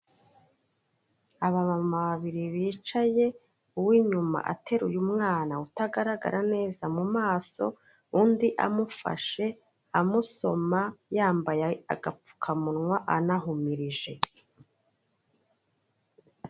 Abamama babiri bicaye uw'inyuma ateruye umwana utagaragara neza mu maso, undi amufashe, amusoma ,yambaye agapfukamunwa, anahumirije.